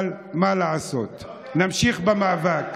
אבל מה לעשות, נמשיך במאבק.